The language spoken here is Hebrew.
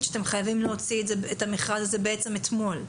שאתם חייבים להוציא את המכרז הזה בעצם אתמול.